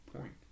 point